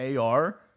AR